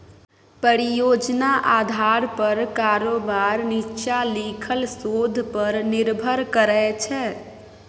परियोजना आधार पर कारोबार नीच्चां लिखल शोध पर निर्भर करै छै